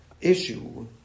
issue